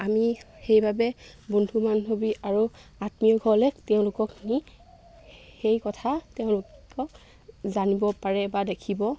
আমি সেইবাবে বন্ধু বান্ধৱী আৰু আত্মীয় ঘৰলৈ তেওঁলোকক নি সেই কথা তেওঁলোকক জানিব পাৰে বা দেখিব